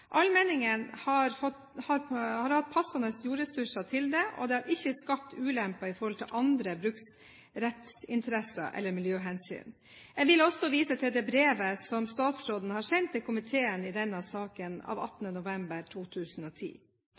har hatt passende jordressurser til det og det ikke har skapt ulemper i forhold til andre bruksrettsinteresser eller miljøhensyn. Jeg vil også vise til brev av 18. november 2010 som statsråden har sendt til komiteen om denne saken.